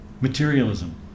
materialism